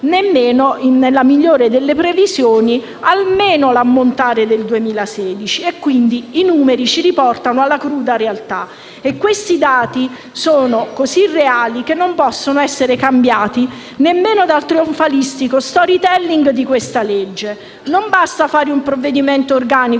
al FUS, nella migliore delle previsioni, nemmeno l'ammontare del 2016. Quindi i numeri ci riportano alla cruda realtà. Questi dati sono così reali che non possono essere cambiati nemmeno dal trionfalistico *storytelling* di questa legge. Non basta fare un provvedimento organico,